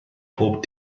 pob